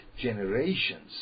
generations